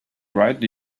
write